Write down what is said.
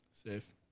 Safe